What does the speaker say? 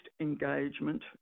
engagement